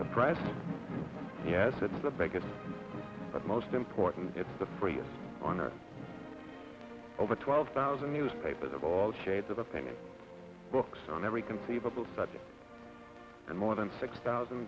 the press yes it's the biggest but most important it's the phrase on or over twelve thousand newspapers of all shades of opinion books on every conceivable subject and more than six thousand